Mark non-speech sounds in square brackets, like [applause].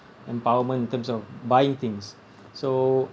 empowerment in terms of buying things [breath] so